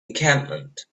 encampment